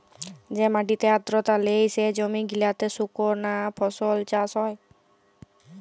যে মাটিতে আদ্রতা লেই, সে জমি গিলাতে সুকনা ফসল চাষ হ্যয়